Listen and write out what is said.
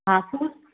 હાફૂસ